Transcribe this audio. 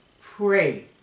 Pray